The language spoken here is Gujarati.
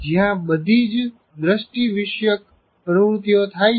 જ્યાં બધીજ દૃષ્તિવિષ્યક પ્રવૃત્તિઓ થાય છે